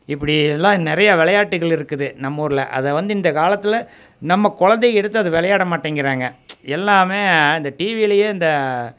இப்படி எல்லாம் நிறையா விளையாட்டுகள் இருக்குது நம்மூரில் அதை வந்து இந்த காலத்தில் நம்ம குழந்தைக எடுத்து அதை விளையாட மாட்டேங்கிறாங்க எல்லாமே இந்த டிவிலேயே இந்த